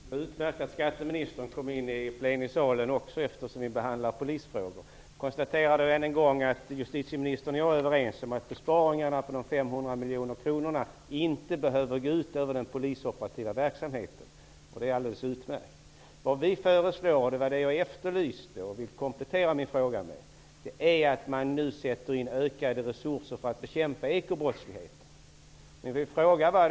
Herr talman! Det är utmärkt att också skatteministern har kommit in i plenisalen, eftersom vi behandlar polisfrågor. Jag konstaterar ännu en gång att justitieministern och jag är överens om att besparingarna på 500 miljoner kronor inte behöver gå ut över den polisoperativa verksamheten. Det är alldeles utmärkt. Vad vi föreslår är att man skall sätta in ökade resurser för att bekämpa ekobrottsligheten. Detta efterlyste jag.